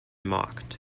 mocked